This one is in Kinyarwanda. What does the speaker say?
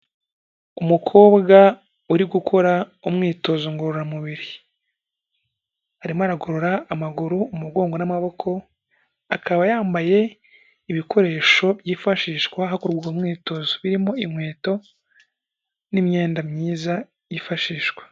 Umukobwa uri gukora umwitozo ngororamubiri, arimo aragorora amaguru, umugongo n'amaboko, akaba yambaye ibikoresho byifashishwa hakorwa umwitozo birimo inkweto n'imyenda myiza yifashishwa.